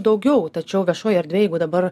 daugiau tačiau viešoj erdvėj jeigu dabar